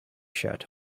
shirt